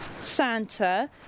Santa